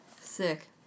sick